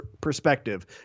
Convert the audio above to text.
perspective